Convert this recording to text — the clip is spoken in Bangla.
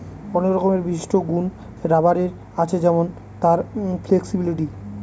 অনেক রকমের বিশিষ্ট গুন রাবারের আছে যেমন তার ফ্লেক্সিবিলিটি